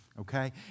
Okay